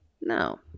No